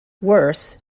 worse